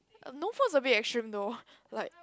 uh no food is a bit extreme though like